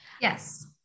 Yes